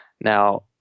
Now